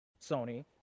Sony